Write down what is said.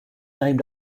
named